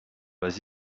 vas